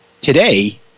Today